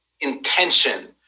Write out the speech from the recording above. intention